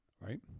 Right